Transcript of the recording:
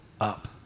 up